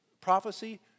prophecy